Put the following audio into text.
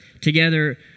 Together